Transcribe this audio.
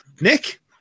Nick